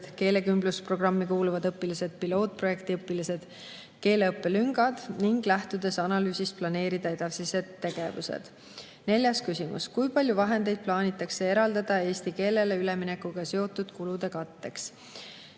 keelekümblusprogrammi kuuluvad õpilased, pilootprojekti õpilased ja keeleõppelüngad ning lähtudes analüüsist planeerida edasised tegevused. Neljas küsimus: "Kui palju vahendeid plaanitakse eraldada eesti keelele üleminekuga seotud kulude katteks?"